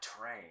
train